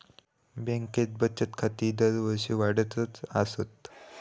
बँकेत बचत खाती दरवर्षी वाढतच आसत